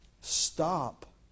stop